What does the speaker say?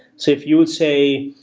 so if you would say,